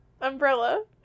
umbrella